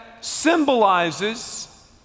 symbolizes